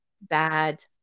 bad